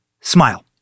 smile